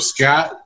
Scott